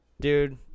Dude